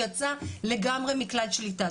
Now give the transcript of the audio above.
שיצאה לגמרי מכלל שליטה.